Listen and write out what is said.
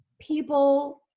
people